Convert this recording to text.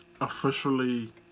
officially